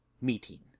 meeting